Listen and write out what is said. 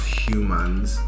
humans